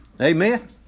Amen